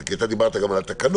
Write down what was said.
כי אתה דיברת גם על התקנות,